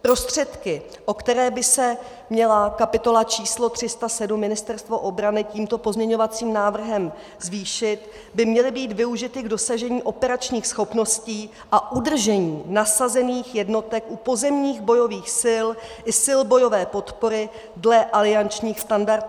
Prostředky, o které by se měla kapitola č. 307 Ministerstvo obrany tímto pozměňovacím návrhem zvýšit, by měly být využity k dosažení operačních schopností a udržení nasazených jednotek u pozemních bojových sil i sil bojové podpory dle aliančních standardů.